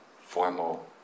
formal